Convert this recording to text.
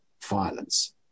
violence